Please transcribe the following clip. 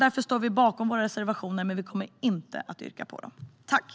Därför står vi bakom våra reservationer, men vi kommer inte att yrka bifall till dem.